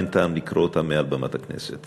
אין טעם לקרוא אותה מעל במת הכנסת.